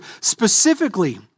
specifically